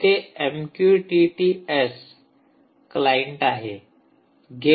तेथे MQTT S client आहे